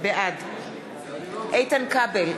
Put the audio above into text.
בעד איתן כבל,